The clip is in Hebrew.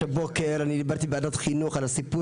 הבוקר אני דיברתי בוועדת חינוך על סיפור